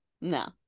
no